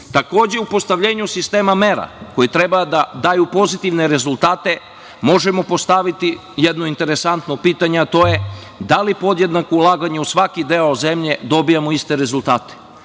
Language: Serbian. u postavljanju sistema mera koje treba da daju pozitivne rezultate možemo postaviti jedno interesantno pitanje, a to je da li podjednako ulaganje u svaki deo zemlje dobijamo iste rezultate